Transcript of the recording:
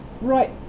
right